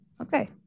Okay